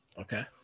Okay